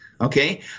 Okay